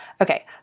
Okay